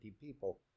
people